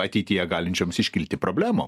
ateityje galinčioms iškilti problemų